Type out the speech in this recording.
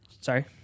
Sorry